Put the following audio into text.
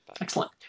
Excellent